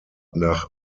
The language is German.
nach